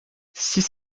six